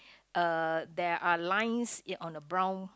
uh there are lines on a brown